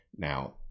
Now